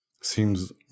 seems